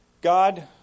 God